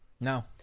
no